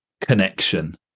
connection